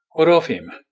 what of him?